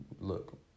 look